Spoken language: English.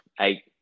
eight